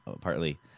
partly